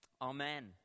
Amen